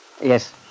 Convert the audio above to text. Yes